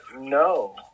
no